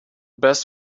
best